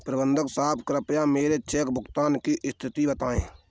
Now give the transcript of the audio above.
प्रबंधक साहब कृपया मेरे चेक भुगतान की स्थिति बताएं